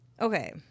Okay